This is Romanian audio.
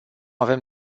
avem